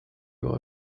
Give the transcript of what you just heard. war